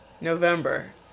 November